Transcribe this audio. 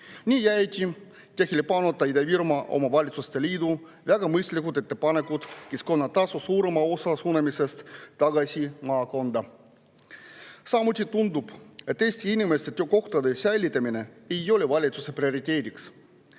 Nii jäidki tähelepanuta Ida-Virumaa Omavalitsuste Liidu väga mõistlikud ettepanekud, [näiteks] keskkonnatasust suurema osa suunamine tagasi maakonda. Samuti tundub, et Eesti inimeste töökohtade säilitamine ei ole valitsuse prioriteet.